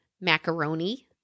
macaroni